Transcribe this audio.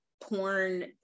porn